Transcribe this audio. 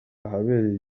ahabereye